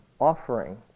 offering